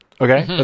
Okay